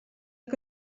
que